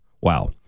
wow